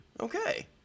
Okay